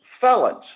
felons